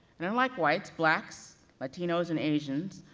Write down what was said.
and unlike whites, blacks, latinos, and asians,